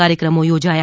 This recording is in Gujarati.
કાર્યક્રમો યોજાયા